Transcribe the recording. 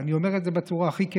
ואני אומר את זה בצורה הכי כנה: